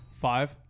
Five